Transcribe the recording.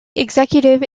executive